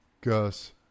Gus